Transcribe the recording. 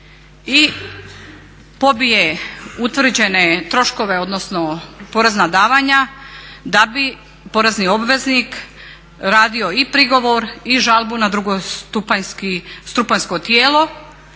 I pobije utvrđene troškove, odnosno porezna davanja da bi porezni obveznik radio i prigovor i žalbu na drugostupanjsko tijelo